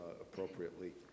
appropriately